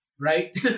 right